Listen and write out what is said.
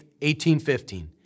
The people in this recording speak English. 1815